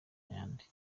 ayandi